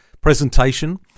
presentation